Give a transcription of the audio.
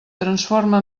transforma